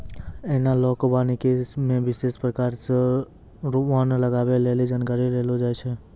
एनालाँक वानिकी मे विशेष प्रकार रो वन लगबै लेली जानकारी देलो जाय छै